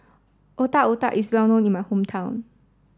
Otak Otak is well known in my hometown